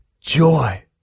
joy